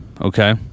okay